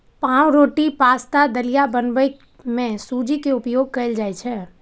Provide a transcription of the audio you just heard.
पावरोटी, पाश्ता, दलिया बनबै मे सूजी के उपयोग कैल जाइ छै